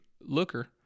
looker